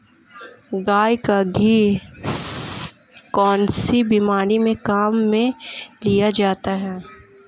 गाय का घी कौनसी बीमारी में काम में लिया जाता है?